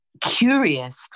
curious